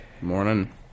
Morning